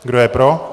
Kdo je pro?